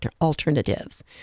alternatives